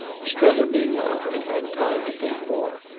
strether meanwhile had had time to think more.